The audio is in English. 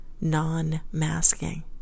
non-masking